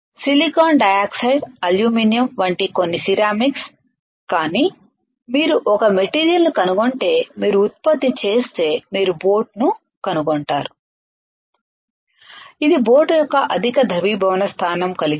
silicon dioxide alumina వంటి కొన్ని ceramics కానీ మీరు ఒక మెటీరియల్ ని కనుగొంటే మీరు ఉత్పత్తి చేస్తే మీరు బోట్ ను కనుగొంటారు ఇది బోట్ యొక్క అధిక ద్రవీభవన స్థానం కలిగి ఉంది